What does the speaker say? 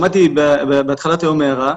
שמעתי בהתחלת היום הערה,